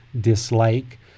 dislike